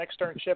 externship